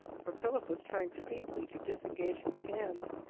for philip was trying feebly to disengage his hands.